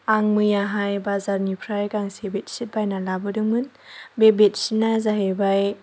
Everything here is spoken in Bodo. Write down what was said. आं मैयाहाय बाजारनिफ्राय गांसे बेडशित बायना लाबोदोंमोन बे बेडशितआ जाहैबाय